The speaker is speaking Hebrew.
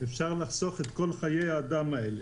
אפשר לחסוך את כל חיי האדם האלה.